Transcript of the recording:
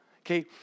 Okay